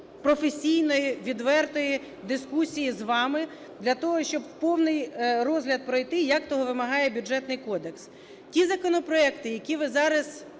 професійної, відвертої дискусії з вами для того, щоб повний розгляд пройти, як того вимагає Бюджетний кодекс. Ті законопроекти, які ви зараз